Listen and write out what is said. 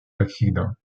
l’accident